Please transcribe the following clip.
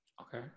okay